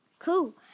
Cool